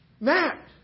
Matt